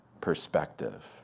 perspective